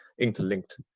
interlinked